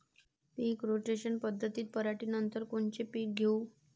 पीक rotation पद्धतीत पराटीनंतर कोनचे पीक घेऊ?